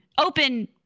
open